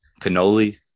Cannoli